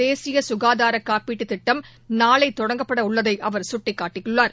தேசிய சுகாதார காப்பீட்டுத் திட்டம் நாளை தொடங்கவுள்ளதை அவர் சுட்டிக்காட்டினார்